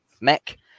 Mech